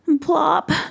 plop